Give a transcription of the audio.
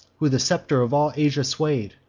who the scepter of all asia sway'd,